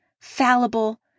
fallible